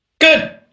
good